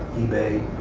ebay,